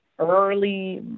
Early